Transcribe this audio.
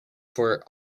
for